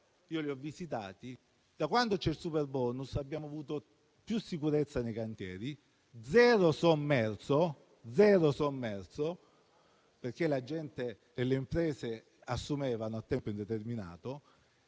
ne ho visitati e da quando c'è il superbonus abbiamo avuto più sicurezza nei cantieri e zero sommerso, perché le imprese assumevano a tempo indeterminato.